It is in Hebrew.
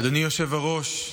אדוני היושב-ראש,